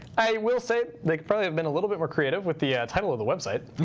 i will say they could probably have been a little bit more creative with the title of the website.